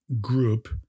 group